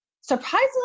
surprisingly